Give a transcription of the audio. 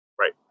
Right